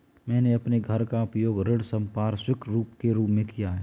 मैंने अपने घर का उपयोग ऋण संपार्श्विक के रूप में किया है